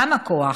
כמה כוח?